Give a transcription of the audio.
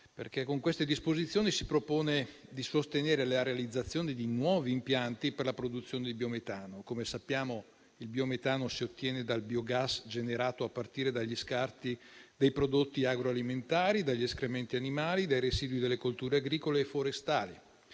oggi. Con queste disposizioni si propone di sostenere la realizzazione di nuovi impianti per la produzione di biometano. Come sappiamo, il biometano si ottiene dal biogas generato a partire dagli scarti dei prodotti agroalimentari, dagli escrementi animali, dai residui delle colture agricole e forestali.